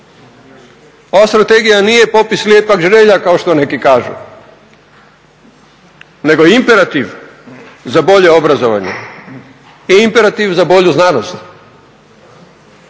Ova strategija nije popis lijepih želja kao što neki kažu nego imperativ za bolje obrazovanje i imperativ za bolju znanost,